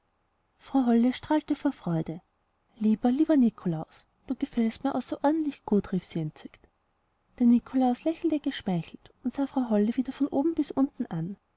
frau holle strahlte vor freude lieber lieber nikolaus du gefällst mir außerordentlich gut rief sie entzückt der nikolaus lächelte geschmeichelt und sah frau holle wieder von oben bis unten an